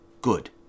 good